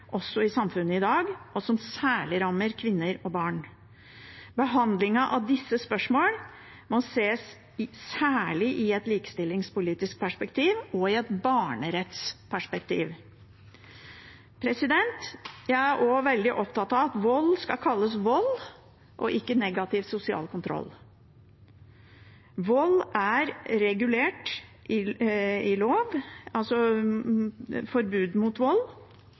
også i samfunnet i dag, og som særlig rammer kvinner og barn. Behandlingen av disse spørsmålene må særlig ses i et likestillingspolitisk perspektiv og i et barnerettsperspektiv. Jeg er også veldig opptatt av at vold skal kalles vold og ikke negativ sosial kontroll. Forbud mot vold er regulert i